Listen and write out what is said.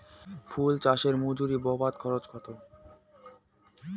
ফুল চাষে মজুরি বাবদ খরচ কত?